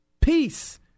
Peace